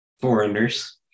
foreigners